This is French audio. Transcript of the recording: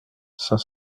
cinq